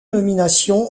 nominations